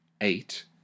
Eight